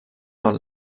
tot